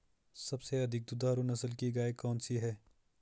सबसे अधिक दुधारू नस्ल की गाय कौन सी है?